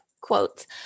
quotes